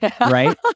right